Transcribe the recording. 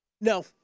No